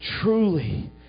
Truly